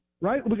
right